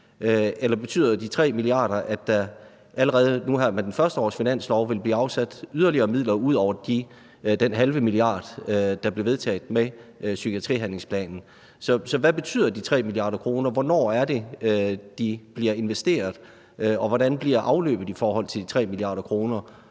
Eller betyder de 3 mia. kr., at der allerede nu her med det første års finanslov vil blive afsat yderligere midler ud over de 0,5 mia. kr., der blev vedtaget med psykiatrihandlingsplanen? Så hvad betyder de 3 mia. kr.? Hvornår er det, de bliver investeret, og hvordan bliver afløbet i forhold til de 3 mia. kr.?